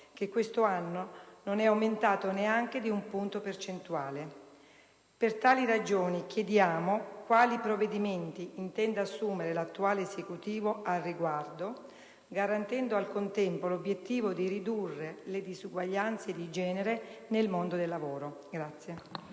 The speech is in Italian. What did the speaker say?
che quest'anno non è aumentato neanche di un punto percentuale. Per tali ragioni chiediamo quali provvedimenti intenda assumere l'attuale Esecutivo al riguardo, garantendo al contempo l'obiettivo di ridurre le disuguaglianze di genere nel mondo del lavoro.